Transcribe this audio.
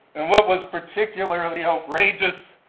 and what was particularly outrageous,